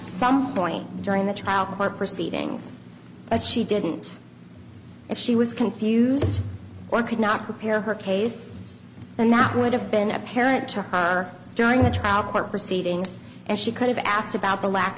some point during the trial court proceedings but she didn't if she was confused or could not prepare her case and that would have been apparent to her during the trial court proceedings and she could have asked about the lack